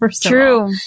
True